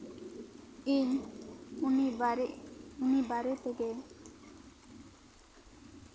ᱤᱧ ᱩᱱᱤ ᱵᱟᱨᱮ ᱩᱱᱤ ᱵᱟᱨᱮᱛᱮᱜᱮ